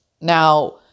Now